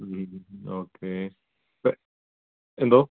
okay എന്തോ